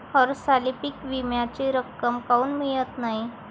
हरसाली पीक विम्याची रक्कम काऊन मियत नाई?